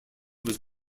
was